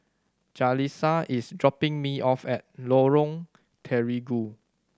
Jalisa is dropping me off at Lorong Terigu